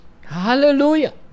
Hallelujah